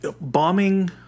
Bombing